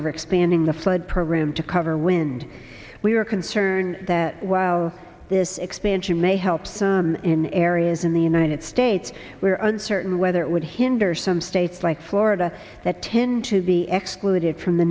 over expanding the flood program to cover wind we were concerned that while this expansion may help some in areas in the united states were uncertain whether it would hinder some states like florida that tend to be exploited from the